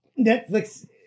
Netflix